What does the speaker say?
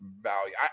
value